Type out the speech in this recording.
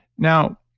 now,